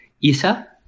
Isa